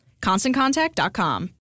ConstantContact.com